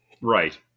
Right